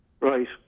Right